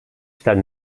estat